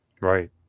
Right